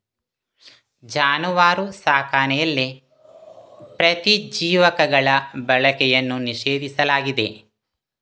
ಜಾನುವಾರು ಸಾಕಣೆಯಲ್ಲಿ ಪ್ರತಿಜೀವಕಗಳ ಬಳಕೆಯನ್ನು ನಿಷೇಧಿಸಲಾಗಿದೆ